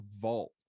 vault